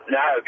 no